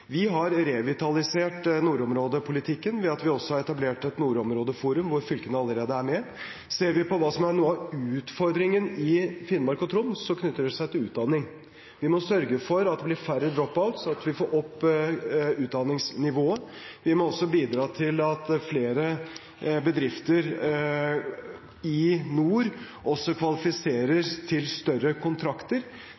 Vi har revitalisert nordområdepolitikken ved at vi også har etablert et nordområdeforum hvor fylkene allerede er med. Ser vi på hva som er noe av utfordringen i Finnmark og Troms, knytter det seg til utdanning. Vi må sørge for at det blir færre drop-outs, og at vi får opp utdanningsnivået. Vi må også bidra til at flere bedrifter i nord kvalifiserer